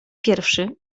pierwszy